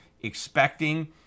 expecting